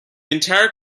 entire